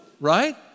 Right